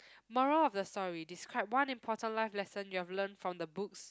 moral of the story describe one important life lesson you've learnt from the books